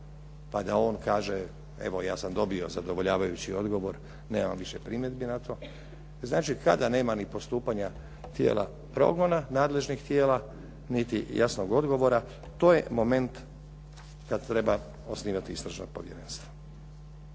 pa da on kaže evo ja sam dobio zadovoljavajući odgovor, nemam više primjedbi na to. Znači, kada nema ni postupanja tijela progona, nadležnih tijela, niti jasnog odgovora to je moment kad treba osnivati istražno povjerenstvo.